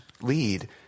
lead